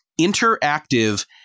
interactive